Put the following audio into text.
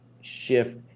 shift